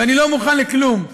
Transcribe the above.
ואני לא מוכן לכלום,